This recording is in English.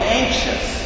anxious